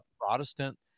Protestant